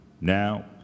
Now